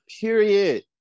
period